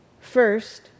First